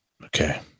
okay